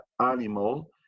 animal